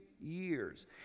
years